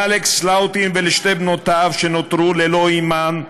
לאלכס לאוטין ולשתי בנותיו שנותרו ללא אמן,